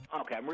Okay